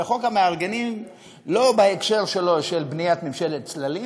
וחוק המארגנים לא בהקשר של בניית ממשלת צללים,